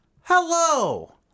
Hello